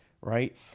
Right